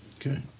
Okay